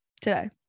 today